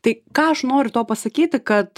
tai ką aš noriu tuo pasakyti kad